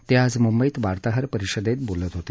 ते आज मुंबईत वार्ताहर परिषदेत बोलत होते